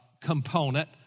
component